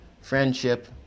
friendship